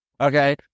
Okay